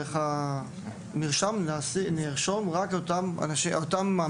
דרך המרשם אנחנו נרשום רק את אותם המאמנים